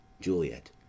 Juliet